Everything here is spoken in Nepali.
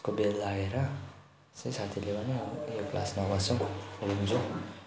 को बेल लागेर चाहिँ साथीले भन्यो यो क्लास नबसौँ रुम जाउँ